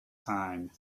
time